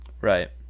right